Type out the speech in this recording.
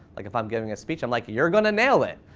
like if i'm giving a speech, i'm like you're gonna nail it.